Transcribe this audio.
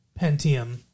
Pentium